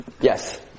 Yes